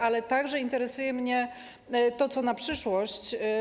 Ale także interesuje mnie to, co na przyszłość.